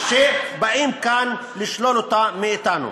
שבאים כאן לשלול אותה מאתנו.